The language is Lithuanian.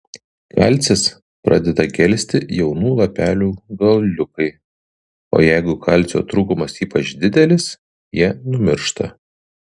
kalcis pradeda gelsti jaunų lapelių galiukai o jeigu kalcio trūkumas ypač didelis jie numiršta